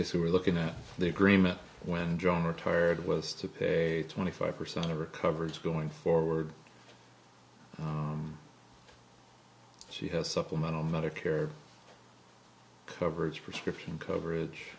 we were looking at the agreement when john retired was to pay twenty five percent of our coverage going forward she has supplemental medicare coverage prescription coverage